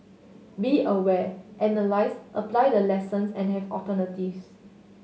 be aware analyse apply the lessons and have alternatives